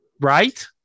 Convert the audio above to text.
right